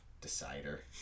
decider